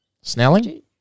Snelling